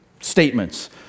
statements